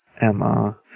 Emma